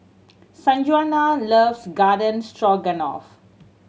Sanjuana loves Garden Stroganoff